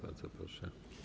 Bardzo proszę.